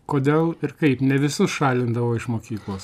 kodėl ir kaip ne visus šalindavo iš mokyklos